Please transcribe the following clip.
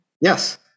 Yes